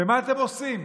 ומה אתם עושים?